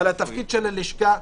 אבל התפקיד של הלשכה,